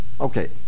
Okay